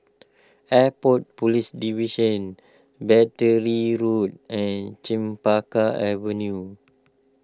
Airport Police Division Battery Road and Chempaka Avenue